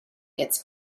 gets